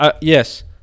yes